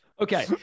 okay